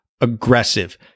aggressive